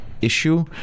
Issue